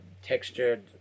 Textured